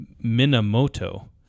Minamoto